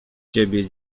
ciebie